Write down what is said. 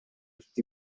tutti